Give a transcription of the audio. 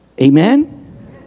Amen